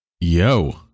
yo